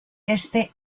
este